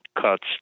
cuts